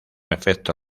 efecto